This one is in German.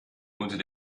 unter